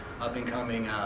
up-and-coming